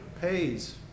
pays